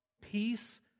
Peace